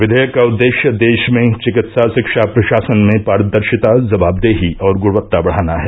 विधेयक का उद्देश्य देश में चिकित्सा शिक्षा प्रशासन में पारदर्शिता जवाबदेही और गुणवत्ता बढ़ाना है